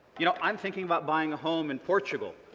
you know i'm thinking about buying a home in portugal.